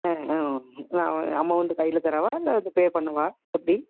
amount கையில் தரவா இல்லை ப பே பண்ணவா எப்படி